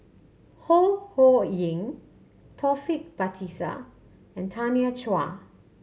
Ho Ho Ying Taufik Batisah and Tanya Chua